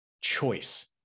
choice